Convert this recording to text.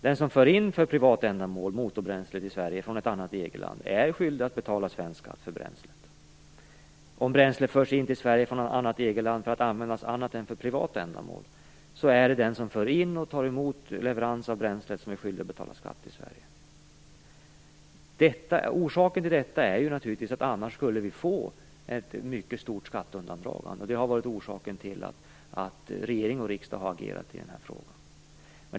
Den som för privat ändamål för in motorbränsle till Sverige från ett annat EG-land, är skyldig att betala svensk skatt för bränslet. Om bränsle förs in till Sverige från annat EG-land för att användas för annat än privat ändamål, är det den som för in och tar emot leverans av bränsle som är skyldig att betala skatt i Sverige. Orsaken till detta är naturligtvis att vi annars skulle få ett mycket stort skatteundandragande. Det har varit orsaken till att regering och riksdag har agerat i den här frågan.